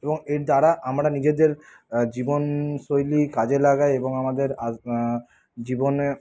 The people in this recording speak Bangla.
এবং এর দ্বারা আমরা নিজেদের জীবন শৈলী কাজে লাগাই এবং আমাদের জীবনে